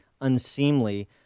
unseemly